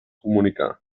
comunicar